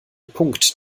punkt